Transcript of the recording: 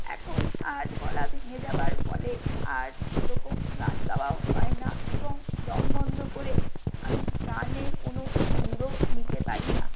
এখন আর গলা ভেঙে যাওয়ার ফলে আর সেরকম গান গাওয়াও হয় না এবং দম বন্ধ করে আমি গানের কোনও সুরও নিতে পারি না